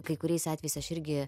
kai kuriais atvejais aš irgi